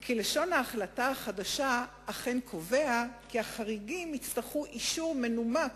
כי לשון ההחלטה החדשה אכן קובעת כי החריגים יצטרכו אישור מנומק